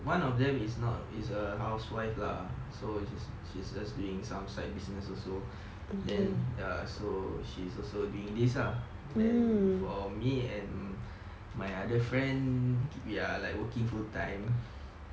one of them is not is a housewife lah so she she's just doing some side business also then ya so she's also doing this lah then for me and my other friend we are like working full time